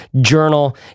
journal